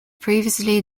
previously